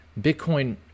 Bitcoin